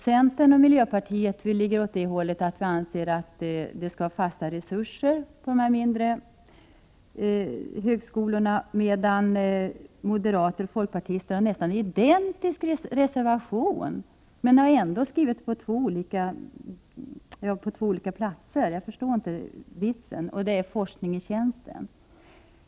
Centern och miljöpartiet anser att det skall vara fasta resurser på de mindre högskolorna, medan moderaterna och folkpartisterna har nästan identiskt lika reservationer. De har ändå skrivit reservationer på två olika platser — jag förstår inte vitsen. Reservationerna gäller forskning i tjänsten.